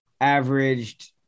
averaged